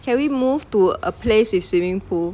can we move to a place with swimming pool